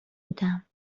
بودم